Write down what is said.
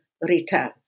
return